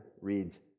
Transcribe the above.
reads